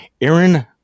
Aaron